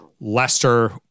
Leicester